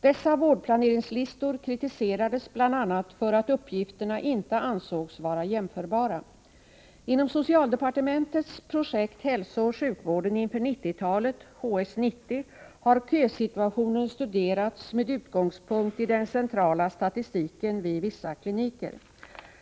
Dessa vårdplaneringslistor kritiserades bl.a. för att uppgifterna inte ansågs vara jämförbara. Inom socialdepartementets projekt Hälsooch sjukvården inför 90-talet, HS 90, har kösituationen studerats med utgångspunkt i den centrala statistiken vid vissa kliniker.